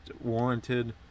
warranted